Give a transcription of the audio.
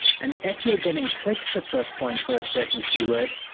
and if you're getting clicks at this point for a certain keyword,